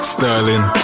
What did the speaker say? Sterling